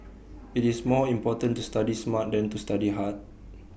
IT is more important to study smart than to study hard